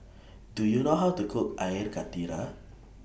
Do YOU know How to Cook Air Karthira